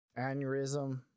aneurysm